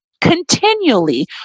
continually